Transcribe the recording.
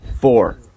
Four